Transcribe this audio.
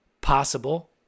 possible